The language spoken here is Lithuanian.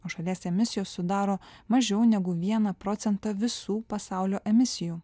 o šalies emisijos sudaro mažiau negu vieną procentą visų pasaulio emisijų